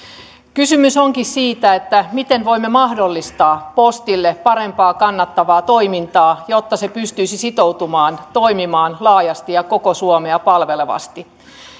kysymys onkin siitä miten voimme mahdollistaa postille parempaa kannattavaa toimintaa jotta se pystyisi sitoutumaan toimimaan laajasti ja koko suomea palvelevasti